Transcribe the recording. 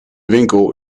winkel